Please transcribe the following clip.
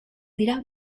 dira